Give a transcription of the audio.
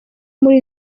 muri